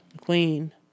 queen